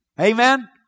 Amen